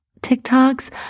TikToks